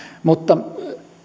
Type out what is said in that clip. mutta